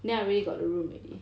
then I already got the room already